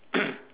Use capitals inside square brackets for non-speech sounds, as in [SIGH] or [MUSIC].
[COUGHS]